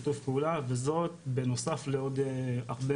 שיתוף פעולה וזאת בנוסף לעוד הרבה